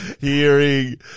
hearing